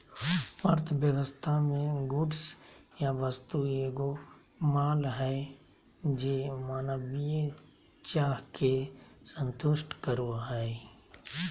अर्थव्यवस्था मे गुड्स या वस्तु एगो माल हय जे मानवीय चाह के संतुष्ट करो हय